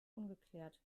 ungeklärt